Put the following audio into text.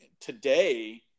today